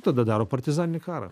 tada daro partizaninį karą